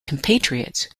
compatriots